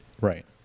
Right